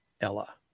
Ella